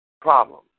problem